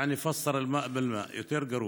יעני, פסר אל-מאא באל-מאא, יותר גרוע.